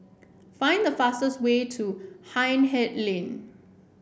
find the fastest way to Hindhede Lane